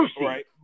right